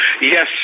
Yes